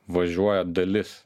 važiuoja dalis